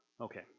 Okay